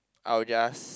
I will just